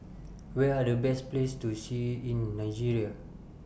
Where Are The Best Places to See in Nigeria